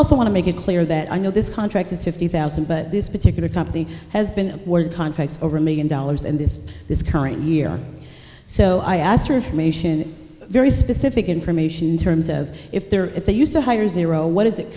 also want to make it clear that i know this contract is fifty thousand but this particular company has been world contracts over a million dollars in this this current year so i asked her for mation very specific information in terms of if they're if they use a higher zero what is it